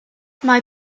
mae